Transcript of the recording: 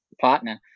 partner